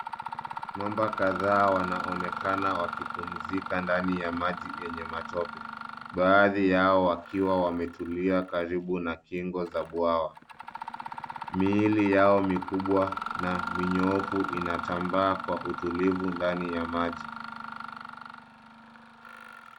Mamba kadhaa wanaonekana wakipumzika ndani ya maji enye matope , baadhi yao wakiwa wame tulia karibu na kingo za bwawa. Miili yao mikubwa na minyoofu ina tamba kwa utulivu ndani ya maji.